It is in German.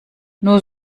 nur